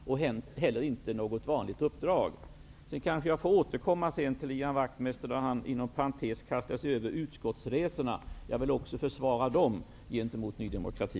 Det är heller inte fråga om ett vanligt uppdrag. Jag kanske får återkomma senare till Ian Wachtmeister, som kastar sig över detta med utskottsresorna. Även dessa vill jag försvara gentemot Ny demokrati.